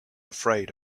afraid